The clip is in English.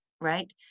right